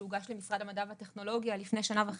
שהוגש למשרד המדע והטכנולוגיה לפני כשנה וחצי,